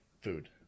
food